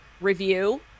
review